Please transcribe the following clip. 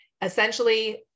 essentially